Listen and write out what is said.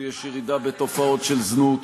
ויש ירידה בתופעות של זנות,